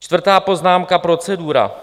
Čtvrtá poznámka procedura.